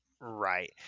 Right